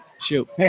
shoot